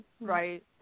right